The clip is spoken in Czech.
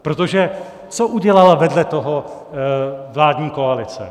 Protože co udělala vedle toho vládní koalice?